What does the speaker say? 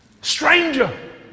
Stranger